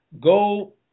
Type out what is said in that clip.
go